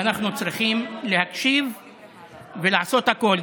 ואנחנו צריכים להקשיב ולעשות הכול,